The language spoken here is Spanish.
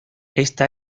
esta